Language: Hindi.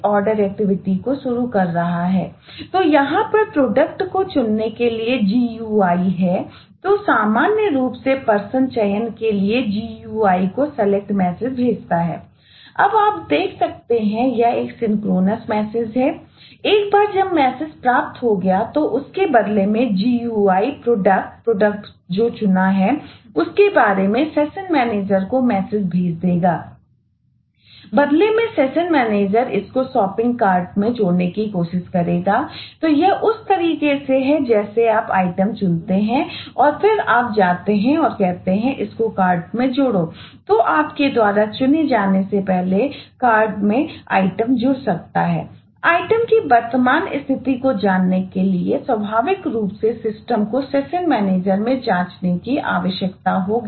आप यहां देख सकते हैं यह एक सिंक्रोनस मैसेज में जांचने की आवश्यकता होगी